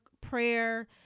prayer